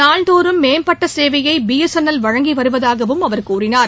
நாள்தோறும் மேம்பட்ட சேவையை பி எஸ் என் எல் வழங்கி வருவதாகவும் அவர் தெரிவித்தார்